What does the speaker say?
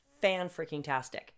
fan-freaking-tastic